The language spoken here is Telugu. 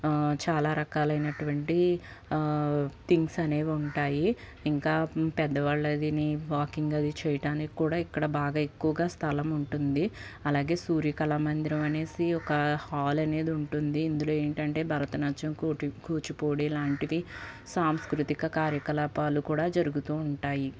చాలా రకాలు అయినటువంటి థింగ్స్ అనేవి ఉంటాయి ఇంకా పెద్దవాళ్ళదిని వాకింగ్ అది చేయటానికి కూడా ఇక్కడ బాగా ఎక్కువగా స్థలం ఉంటుంది అలాగే సూర్య కళామందిరం అనేసి ఒక హాల్ అనేది ఉంటుంది ఇందులో ఏంటంటే భరతనాట్యం కూచి కూచిపూడి ఇలాంటివి సాంస్కృతిక కార్యకలాపాలు కూడా జరుగుతూ ఉంటాయి